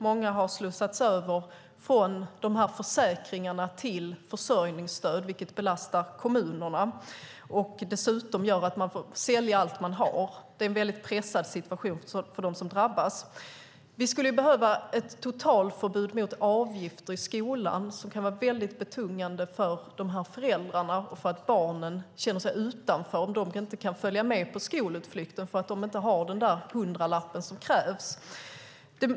Många har slussats över från försäkringarna till försörjningsstöd, vilket belastar kommunerna och dessutom gör att man får sälja allt man har. Det är en väldigt pressad situation för dem som drabbas. Vi skulle behöva ett totalförbud mot avgifter i skolan. De kan vara väldigt betungande för dessa föräldrar, och barnen känner sig utanför om de inte kan följa med på skolutflykter för att de inte har den hundralapp som krävs.